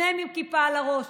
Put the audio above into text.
שניהם עם כיפה על הראש,